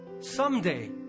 someday